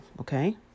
Okay